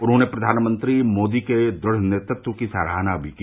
उन्होंने प्रघानमंत्री मोदी के दृढ़ नेतृत्व की सराहना भी की